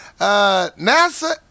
NASA